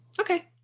Okay